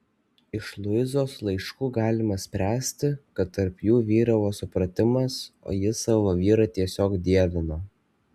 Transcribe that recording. iš luizos laiškų galime spręsti kad tarp jų vyravo supratimas o ji savo vyrą tiesiog dievino